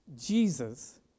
Jesus